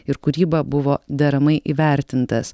ir kūrybą buvo deramai įvertintas